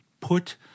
put